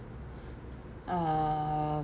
um